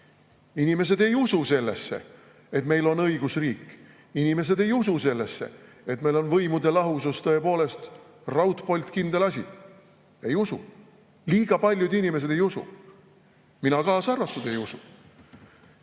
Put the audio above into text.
Inimesed ei usu sellesse, et meil on õigusriik. Inimesed ei usu sellesse, et meil on võimude lahusus tõepoolest raudpoltkindel asi. Ei usu! Liiga paljud inimesed ei usu, mina kaasa arvatud ei usu.